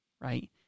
right